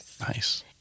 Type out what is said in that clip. Nice